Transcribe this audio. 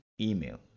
email